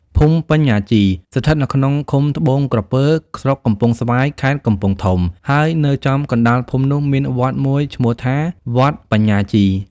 ភូមិបញ្ញាជីស្ថិតនៅក្នុងឃុំត្បូងក្រពើ ស្រុកកំពង់ស្វាយ ខេត្តកំពង់ធំ ហើយនៅចំកណ្ដាលភូមិនោះមានវត្តមួយឈ្មោះថា វត្តបញ្ញាជី។